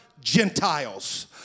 Gentiles